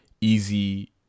easy